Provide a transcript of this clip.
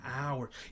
hours